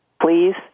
please